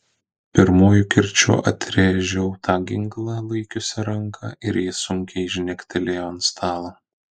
pirmuoju kirčiu atrėžiau tą ginklą laikiusią ranką ir ji sunkiai žnektelėjo ant stalo